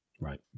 Right